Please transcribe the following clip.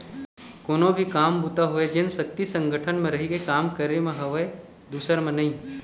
कोनो भी काम बूता होवय जेन सक्ति संगठन म रहिके काम करे म हवय दूसर म नइ